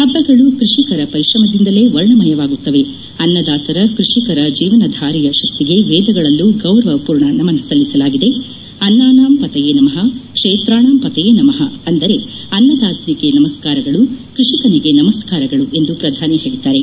ಹಬ್ಬಗಳು ಕೃಷಿಕರ ಪರಿಶ್ರಮದಿಂದಲೇ ವರ್ಣಮಯವಾಗುತ್ತವೆ ಅನ್ನದಾತರ ಕೃಷಿಕರ ಜೀವನಧಾರೆಯ ಶಕ್ತಿಗೆ ವೇದಗಳಲ್ಲೂ ಗೌರವಪೂರ್ಣ ನಮನ ಸಲ್ಲಿಸಲಾಗಿದೆ ಅನ್ನಾನಾಂ ಪತಯೇ ನಮಃ ಕ್ಷೇತ್ರಾಣಾಂ ಪತಯೇ ನಮಃ ಅಂದರೆ ಅನ್ನದಾತನಿಗೆ ನಮಸ್ಕಾರಗಳು ಕೃಷಿಕನಿಗೆ ನಮಸ್ಕಾರಗಳು ಎಂದು ಪ್ರಧಾನಿ ಹೇಳಿದ್ದಾರೆ